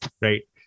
right